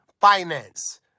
finance